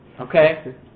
Okay